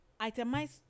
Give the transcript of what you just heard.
itemize